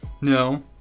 No